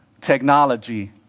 technology